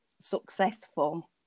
successful